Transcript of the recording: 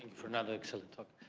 for another excellent talk.